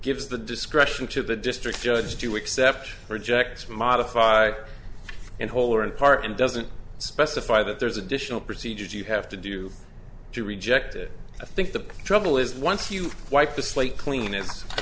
gives the discretion to the district judge to accept rejects modify in whole or in part and doesn't specify that there's additional procedures you have to do to reject it i think the trouble is once you wipe the slate clean i